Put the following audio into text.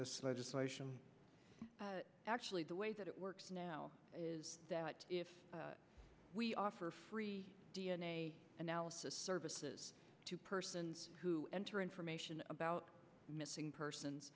this legislation actually the way that it works now that if we offer free d n a analysis services to persons who enter information about missing persons